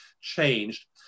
changed